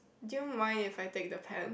do you mind if I take then pen